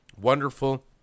wonderful